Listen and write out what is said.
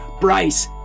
Bryce